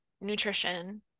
nutrition